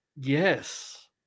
Yes